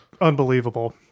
Unbelievable